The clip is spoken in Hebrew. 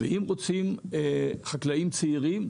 אם רוצים חקלאים צעירים,